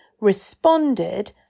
responded